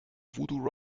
voodoo